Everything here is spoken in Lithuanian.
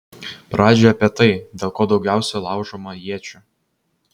pradžiai apie tai dėl ko daugiausiai laužoma iečių